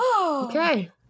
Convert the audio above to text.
Okay